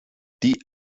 die